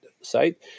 site